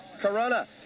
Corona